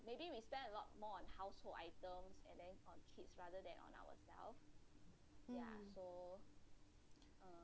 um